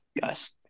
guys